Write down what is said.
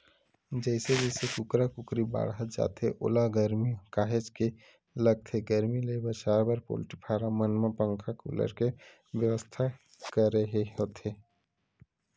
जइसे जइसे कुकरा कुकरी बाड़हत जाथे ओला गरमी काहेच के लगथे गरमी ले बचाए बर पोल्टी फारम मन म पंखा कूलर के बेवस्था करे ल होथे